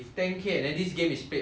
so divide 到来 hor